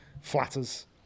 flatters